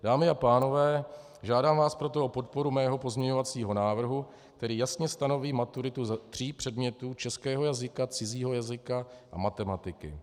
Dámy a pánové, žádám vás proto o podporu svého pozměňovacího návrhu, který jasně stanoví maturitu ze tří předmětů českého jazyka, cizího jazyka a matematiky.